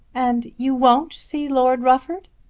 and you won't see lord rufford?